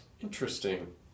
interesting